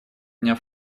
дня